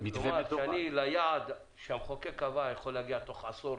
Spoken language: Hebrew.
כלומר שאני ליעד שהמחוקק קבע יכול להגיע תוך עשור,